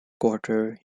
quarter